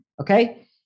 Okay